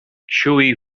chewy